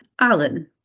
Alan